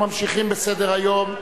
אני מציע ועדת הפנים.